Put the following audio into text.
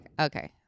Okay